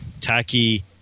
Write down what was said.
tacky